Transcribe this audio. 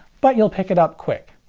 but you'll pick it up quick.